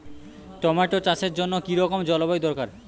Tomato চাষের জন্য কি রকম জলবায়ু দরকার?